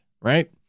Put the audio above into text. right